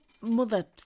mother